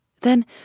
Then